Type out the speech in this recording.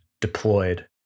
deployed